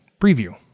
preview